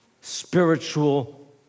spiritual